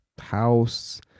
house